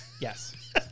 Yes